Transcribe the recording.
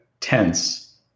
tense